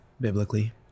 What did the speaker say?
biblically